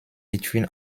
between